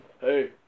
Hey